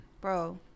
bro